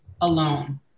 alone